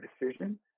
decision